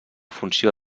funció